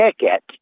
ticket